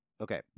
okay